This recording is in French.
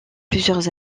plusieurs